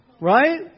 Right